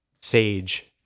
Sage